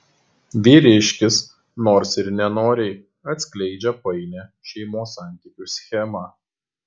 vyriškis nors ir nenoriai atskleidžia painią šeimos santykių schemą